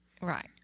Right